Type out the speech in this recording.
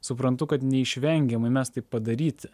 suprantu kad neišvengiamai mes taip padaryti